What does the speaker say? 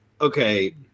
okay